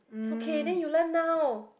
it's okay then you learn now